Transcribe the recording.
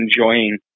enjoying